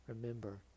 remember